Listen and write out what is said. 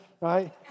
right